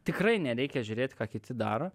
tikrai nereikia žiūrėt ką kiti daro